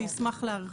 אשמח להרחיב.